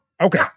Okay